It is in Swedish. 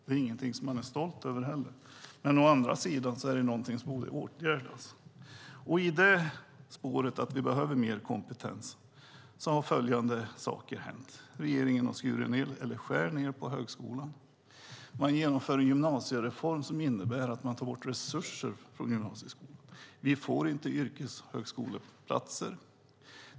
Det är ingenting som man är stolt över. Men å andra sidan är det någonting som borde åtgärdas. I spåret av att vi behöver mer kompetens har följande saker hänt: Regeringen skär ned på högskolan. Man genomför en gymnasiereform som innebär att man tar bort resurser från gymnasieskolan. Vi får inte yrkeshögskoleplatser.